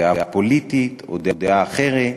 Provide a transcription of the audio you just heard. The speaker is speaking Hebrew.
דעה פוליטית או דעה אחרת,